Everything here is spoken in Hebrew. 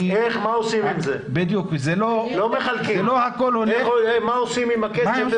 לא מחלקים, מה עושים עם הכסף.